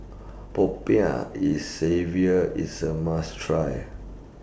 Popiah E saviour IS A must Try